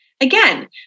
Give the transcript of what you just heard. Again